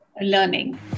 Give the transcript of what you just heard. learning